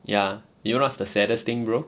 ya you know what's the saddest thing bro